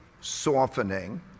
softening